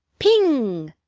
ping!